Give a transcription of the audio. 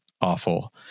awful